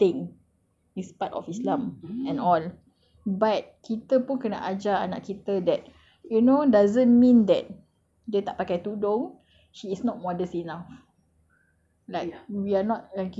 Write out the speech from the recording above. that be modest penting is part of islam and all but kita pun kena ajar anak kita that you know doesn't mean that dia tak pakai tudung she is not modest enough